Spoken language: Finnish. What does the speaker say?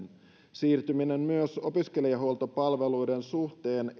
siirtyminen etätoimintaan myös opiskelijahuoltopalveluiden suhteen